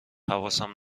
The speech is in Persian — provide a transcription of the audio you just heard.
حواسم